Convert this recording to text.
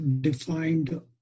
defined